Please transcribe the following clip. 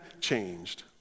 changed